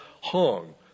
hung